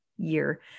year